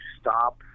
stop